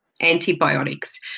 antibiotics